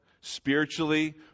Spiritually